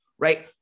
Right